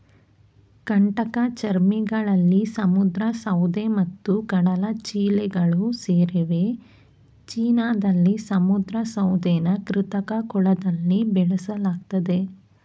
ಕಂಟಕಚರ್ಮಿಗಳಲ್ಲಿ ಸಮುದ್ರ ಸೌತೆ ಮತ್ತು ಕಡಲಚಿಳ್ಳೆಗಳು ಸೇರಿವೆ ಚೀನಾದಲ್ಲಿ ಸಮುದ್ರ ಸೌತೆನ ಕೃತಕ ಕೊಳದಲ್ಲಿ ಬೆಳೆಸಲಾಗ್ತದೆ